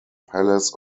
palace